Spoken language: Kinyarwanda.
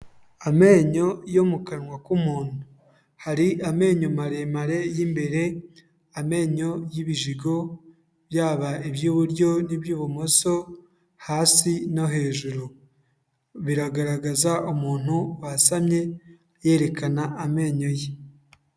Amenyo yo mu kanwa k'umuntu, hari amenyo maremare y'imbere, amenyo y'ibijigo, byaba iby'iburyo n'iby'ibumoso, hasi no hejuru, biragaragaza umuntu wasamye yerekana amenyo ye.